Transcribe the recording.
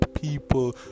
people